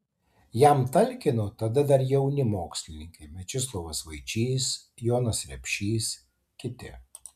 jam talkino tada dar jauni mokslininkai mečislovas vaičys jonas repšys kiti